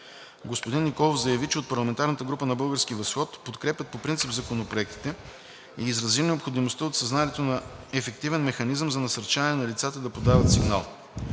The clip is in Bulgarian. Господин Николов заяви, че от парламентарната група на „Български възход“ подкрепят по принцип законопроектите и изрази необходимостта от създаването на ефективен механизъм за насърчаване на лицата да подават сигнал.